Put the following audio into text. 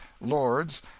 lords